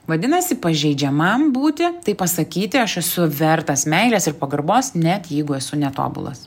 vadinasi pažeidžiamam būti tai pasakyti aš esu vertas meilės ir pagarbos net jeigu esu netobulas